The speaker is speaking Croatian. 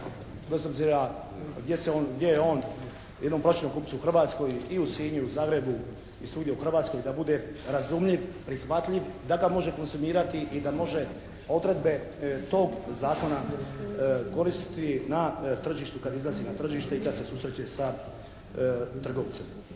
se on, gdje se on, jednom prosječnom kupcu u Hrvatskoj i u Sinju i Zagrebu i svugdje u Hrvatskoj da bude razumljiv, prihvatljiv, da ga može … /Govornik se ne razumije./ … i da može odredbe tog zakona koristiti na tržištu, kad izlazi na tržište i kad se susreće sa trgovcem.